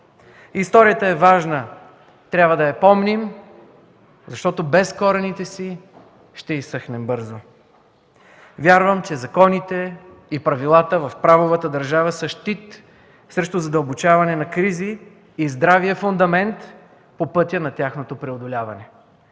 Историята е важна, трябва да я помним, защото без корените си ще изсъхнем бързо. Вярвам, че законите и правилата в правовата държава са щит срещу задълбочаване на кризи и здравия фундамент по пътя на тяхното преодоляване.